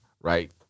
right